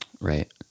Right